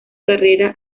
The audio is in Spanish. carrera